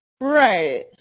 Right